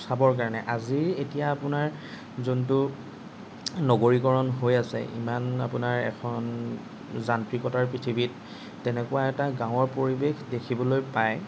চাবৰ কাৰণে আজি এতিয়া আপোনাৰ যোনটো নগৰীকৰণ হৈ আছে ইমান আপোনাৰ এখন যান্ত্ৰিকতাৰ পৃথিৱীত তেনেকুৱা এটা গাঁৱৰ পৰিৱেশ দেখিবলৈ পাই